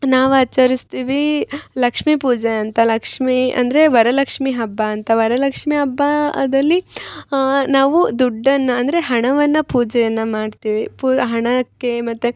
ನಾವು ಆಚರಸ್ತೀವಿ ಲಕ್ಷ್ಮೀ ಪೂಜೆ ಅಂತ ಲಕ್ಷ್ಮೀ ಅಂದರೆ ವರಲಕ್ಷ್ಮಿ ಹಬ್ಬ ಅಂತ ವರಲಕ್ಷ್ಮಿ ಹಬ್ಬಾದಲಿ ನಾವು ದುಡ್ಡನ್ನ ಅಂದರೆ ಹಣವನ್ನ ಪೂಜೆಯನ್ನ ಮಾಡ್ತೀವಿ ಪು ಹಣಕ್ಕೆ ಮತ್ತು